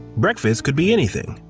breakfast could be anything.